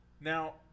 Now